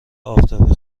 آفتابی